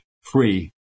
free